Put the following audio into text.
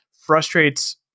frustrates